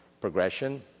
progression